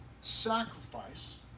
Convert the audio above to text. sacrifice